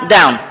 Down